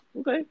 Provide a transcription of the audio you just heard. Okay